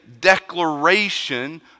declaration